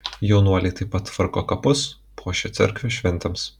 jaunuoliai taip pat tvarko kapus puošia cerkvę šventėms